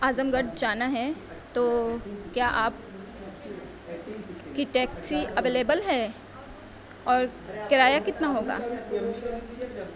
اعظم گڑھ جانا ہے تو کیا آپ کی ٹیکسی اویلیبل ہے اور کرایا کتنا ہوگا